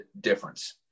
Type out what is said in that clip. difference